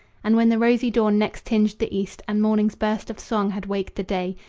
and when the rosy dawn next tinged the east, and morning's burst of song had waked the day,